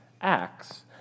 Acts